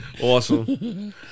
Awesome